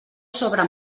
sobre